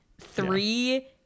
three